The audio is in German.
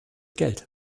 geld